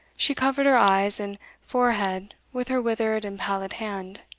she covered her eyes and forehead with her withered and pallid hand.